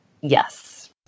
Yes